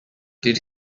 did